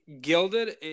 gilded